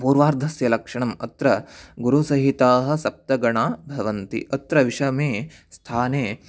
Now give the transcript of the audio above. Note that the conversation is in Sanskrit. पूर्वार्धस्य लक्षणम् अत्र गुरुसहिताः सप्तगणा भवन्ति अत्र विषमे स्थाने